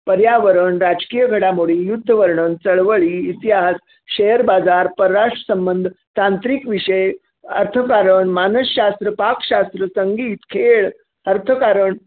पर्यावरण राजकीय घडामोडी युद्धवर्णन चळवळी इतिहास शेअरबाजार परराष्ट्रसंबंध तांत्रिक विषय अर्थकारण मानसशास्त्र पाकशास्त्र संगीत खेळ अर्थकारण